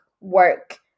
work